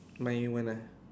my one ah